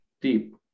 deep